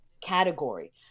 category